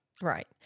Right